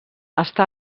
està